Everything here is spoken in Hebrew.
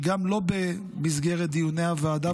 גם לא במסגרת דיוני הוועדה.